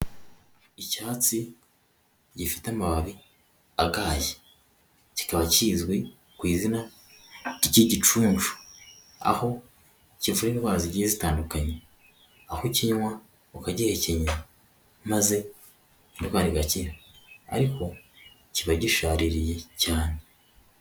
Icyatsi gifite amababi agaye, kikaba kizwi ku izina ry'igicunshu, aho kivura indwara zigiye zitandukanye, aho ukinywa ukagihekenya, maze indwara igakira, ariko kiba gishaririye cyane.